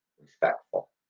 respectful